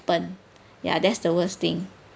ya that's the worst thing